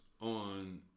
on